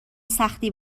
سختی